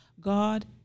God